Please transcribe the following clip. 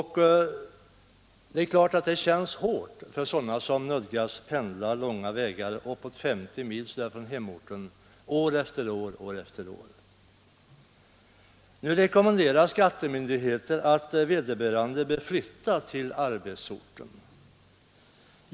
Det är klart att det känns hårt för människor som nödgas pendla långa vägar, uppåt 50 mil från hemorten, år efter år. Nu rekommenderar skattemyndigheter att vederbörande flyttar till arbetsorten.